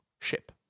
ship